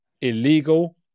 illegal